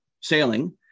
sailing